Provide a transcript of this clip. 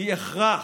היא הכרח.